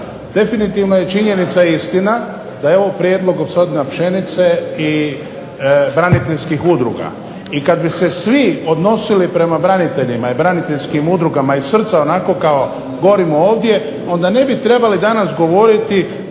Definitivno je činjenica i istina da je ovo prijedlog gospodina Pšenice i braniteljskih udruga, i kad bi se svi odnosili prema braniteljima i braniteljskim udrugama iz srca onako kao govorimo ovdje, onda ne bi trebali danas govoriti